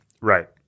Right